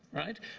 right?